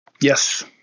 Yes